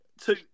two